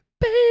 baby